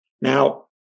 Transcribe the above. Now